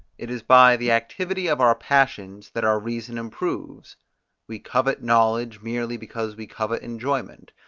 it is by the activity of our passions, that our reason improves we covet knowledge merely because we covet enjoyment,